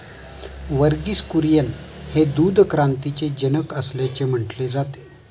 वर्गीस कुरियन हे दूध क्रांतीचे जनक असल्याचे म्हटले जाते